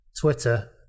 twitter